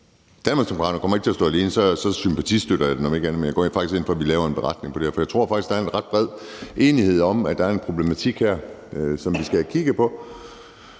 kommer ikke til at stå alene; så sympatistøtter jeg dem om ikke andet. Men jeg går faktisk ind for, at vi laver en beretning på det her. For jeg tror faktisk, der er en ret bred enighed om, at der er en problematik her, som vi skal have kigget på.